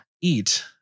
eat